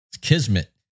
kismet